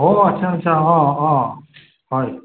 ও আচ্ছা আচ্ছা অ' অ' হয়